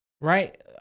Right